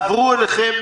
עברו אליכם,